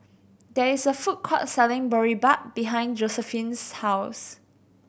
there is a food court selling Boribap behind Josiephine's house